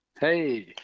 Hey